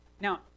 Now